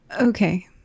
Okay